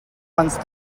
once